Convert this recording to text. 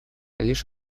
лишь